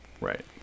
right